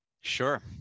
Sure